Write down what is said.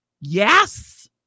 Yes